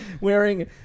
wearing